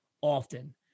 often